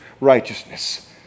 righteousness